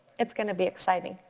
it's gonna be exciting.